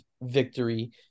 victory